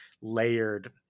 layered